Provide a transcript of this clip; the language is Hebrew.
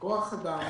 בכוח אדם,